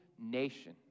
nation